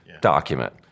document